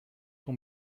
ton